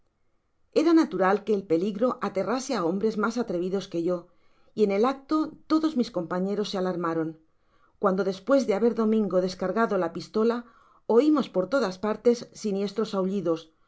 era natural que el peligro aterrase á hombres mas atrevidos que yo y en el acto todos mis compañeros se alarmaron cuando despues de haber domingo descargado la pistola oimos por todas partes siuiestros aullidos